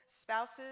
spouses